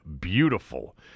beautiful